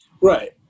Right